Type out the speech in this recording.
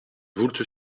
voulte